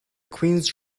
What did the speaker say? queen’s